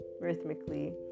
rhythmically